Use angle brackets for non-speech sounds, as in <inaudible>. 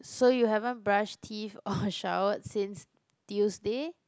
so you haven't brushed teeth or <laughs> showered since Tuesday